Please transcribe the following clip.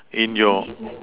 then your